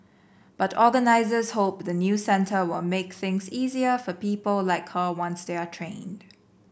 but organisers hope the new centre will make things easier for people like her once they are trained